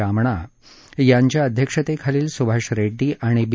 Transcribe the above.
रामणा यांच्या अध्यक्षतेखालील सुभाष रेड्डी आणि बी